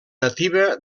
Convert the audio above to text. nativa